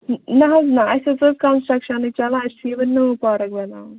نہَ حظ نہَ اَسہِ حظ ٲسۍ کَنسٹرکشنٕے چلان اَسہِ چھِ یہِ وۅنۍ نٔو پارَک بَناوٕنۍ